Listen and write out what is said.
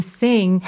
sing